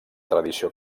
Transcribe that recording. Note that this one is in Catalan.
tradició